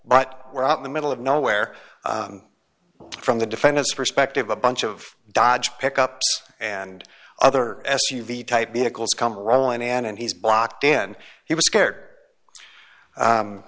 but we're out in the middle of nowhere from the defendant's perspective a bunch of dodge pickup and other s u v type vehicles come rolling man and he's blocked in he was scared